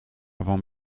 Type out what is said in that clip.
avant